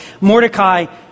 Mordecai